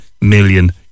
million